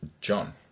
John